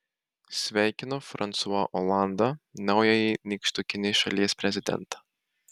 sveikinu fransua olandą naująjį nykštukinės šalies prezidentą